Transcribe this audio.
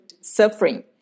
suffering